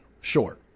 Sure